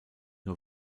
nur